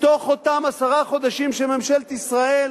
מתוך אותם עשרה חודשים שממשלת ישראל